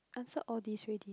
answer all these already